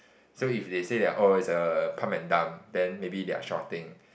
so if they say they're oh it's a pump and dump then maybe they are shorting